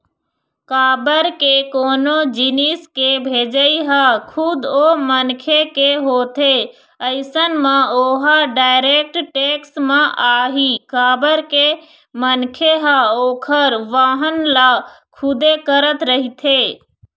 काबर के कोनो जिनिस के भेजई ह खुद ओ मनखे के होथे अइसन म ओहा डायरेक्ट टेक्स म आही काबर के मनखे ह ओखर वहन ल खुदे करत रहिथे